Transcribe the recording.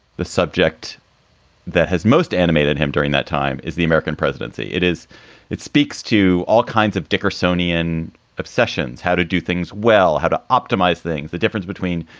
the subject that has most animated him during that time is the american presidency. it is it speaks to all kinds of dickinsonia and obsessions, how to do things well, how to optimize things. the difference between